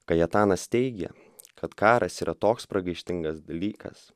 kajetanas teigia kad karas yra toks pragaištingas dalykas